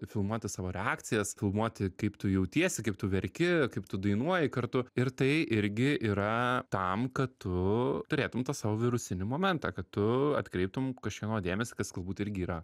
filmuoti savo reakcijas filmuoti kaip tu jautiesi kaip tu verki kaip tu dainuoji kartu ir tai irgi yra tam kad tu turėtum tą savo virusinį momentą kad tu atkreiptum kažkieno dėmesį kas galbūt irgi yra